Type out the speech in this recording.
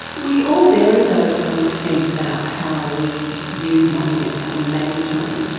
we all vary though to some extent about how we use money and how we manage money,